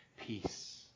Peace